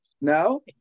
No